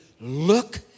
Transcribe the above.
look